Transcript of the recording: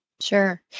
Sure